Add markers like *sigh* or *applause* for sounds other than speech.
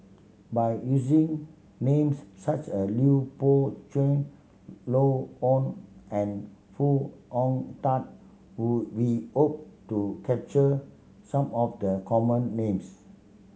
by using names such as Lui Pao Chuen Joan Hon and Foo Hong Tatt *unintelligible* we hope to capture some of the common names